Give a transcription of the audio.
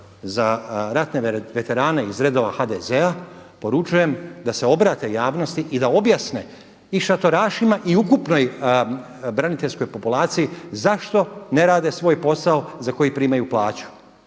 za ratne veterane iz redova HDZ-a poručujem da se obrate javnosti i da objasne i šatorašima i ukupnoj braniteljskoj populaciji zašto ne rade svoj posao za koji primaju plaću,